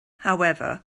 however